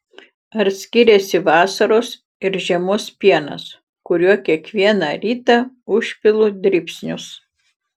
ar skiriasi vasaros ir žiemos pienas kuriuo kiekvieną rytą užpilu dribsnius